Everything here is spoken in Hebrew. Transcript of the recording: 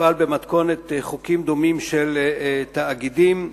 יפעל במתכונת חוקים דומים של תאגידים.